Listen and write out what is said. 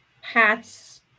hats